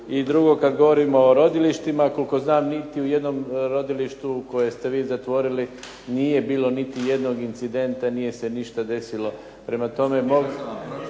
I drugo, kad govorimo o rodilištima, koliko znam niti u jednom rodilištu koje ste vi zatvorili nije bilo niti jednog incidenta, nije se ništa desilo,